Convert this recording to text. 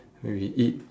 when we eat